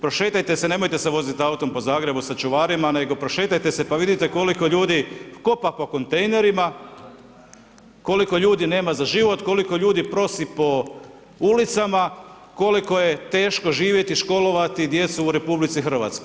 Prošetajte se, nemojte se voziti autom po Zagrebu sa čuvarima nego prošetajte se pa vidite koliko ljudi kopa po kontejnerima, koliko ljudi nema za život, koliko ljudi prosi po ulicama, koliko je teško živjeti i školovati djecu u RH.